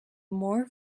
more